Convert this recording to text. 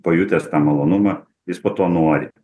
pajutęs tą malonumą jis po to nori